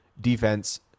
defense